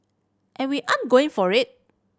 and we ain't going for it